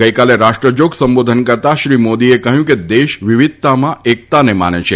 ગઈકાલે રાષ્ટ્રજોગ સંબોધન કરતાં શ્રી મોદીએ કહ્યું કે દેશ વિવિધતામાં એકતાને માને છે